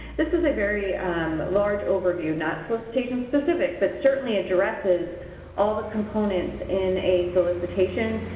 this is a very large overview, not solicitation specific, but certainly addresses all the components in a solicitation,